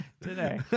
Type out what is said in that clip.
today